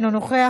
אינו נוכח,